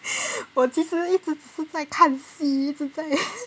我其是一直直在看戏一直在